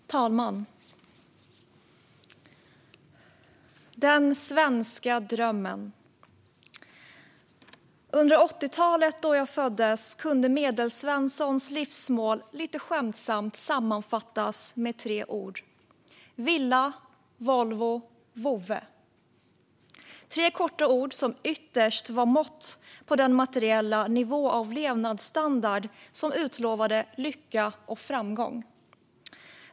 Fru talman! Den svenska drömmen: Under 80-talet, då jag föddes, kunde Medelsvenssons livsmål lite skämtsamt sammanfattas med tre ord: villa, Volvo, vovve. Det är tre korta ord som ytterst var ett mått på den materiella nivå av levnadsstandard som utlovade lycka och framgång.